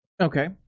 Okay